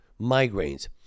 migraines